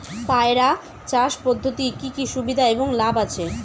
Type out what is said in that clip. পয়রা চাষ পদ্ধতির কি কি সুবিধা এবং লাভ আছে?